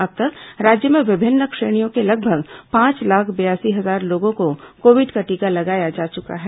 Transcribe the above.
अब तक राज्य में विभिन्न श्रेणियों के लगभग पांच लाख बयासी हजार लोगों को कोविड का टीका लगाया जा चुका है